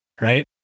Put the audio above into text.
Right